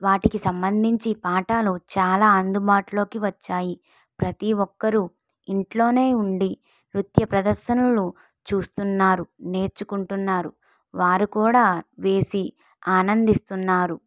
వాటికి సంబంధించి పాఠాలు చాలా అందుబాటులోకి వచ్చాయి ప్రతీ ఒక్కరు ఇంట్లోనే ఉండి నృత్య ప్రదర్శనలను చూస్తున్నారు నేర్చుకుంటున్నారు వారు కూడా వేసి ఆనందిస్తున్నారు